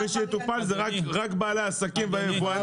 מי שיטופל זה רק בעלי העסקים והיבואנים.